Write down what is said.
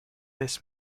this